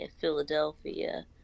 Philadelphia